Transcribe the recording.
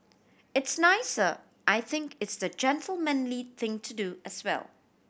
it's nicer I think it's the gentlemanly thing to do as well